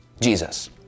Jesus